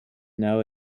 now